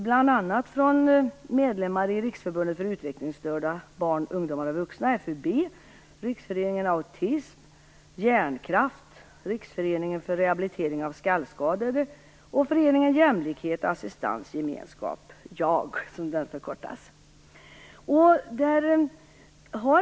Brevet kommer från bl.a. medlemmar i Riksförbundet för utvecklingsstörda barn, ungdomar och vuxna, FUB, Riksföreningen Autism, Hjärnkraft, Riksföreningen för rehabilitering av skallskadade och Föreningen Jämlikhet-Assistans-Gemenskap, JAG.